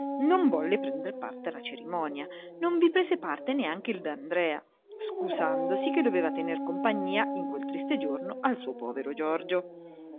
non volle prender parte alla cerimonia non vi prese parte neanche il d'andrea scusandosi che doveva tener compagnia in quel triste giorno al suo povero giorgio